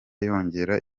yongera